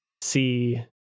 see